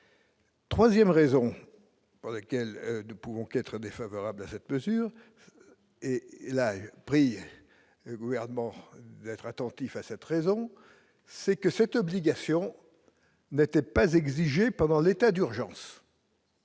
3ème raison pour laquelle nous pouvons qu'être défavorable à cette mesure et la prison, gouvernement, être attentif à cette raison c'est que cette obligation n'était pas exigé pendant l'état d'urgence.